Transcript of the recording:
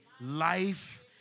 life